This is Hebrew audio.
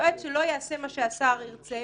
יועץ שלא יעשה מה שהשר ירצה,